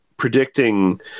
predicting